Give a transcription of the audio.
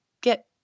get